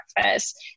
breakfast